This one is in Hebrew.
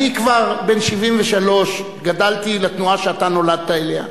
אני כבר בן 73, גדלתי לתנועה שאתה נולדת אליה.